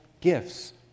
gifts